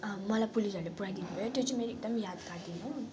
मलाई पुलिसहरूले पुऱ्याइदिनु भयो त्यो चाहिँ मेरो एकदमै यादगार दिन हो